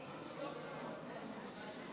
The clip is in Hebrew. ההצבעה: